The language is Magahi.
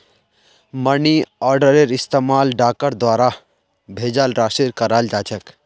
मनी आर्डरेर इस्तमाल डाकर द्वारा भेजाल राशिर कराल जा छेक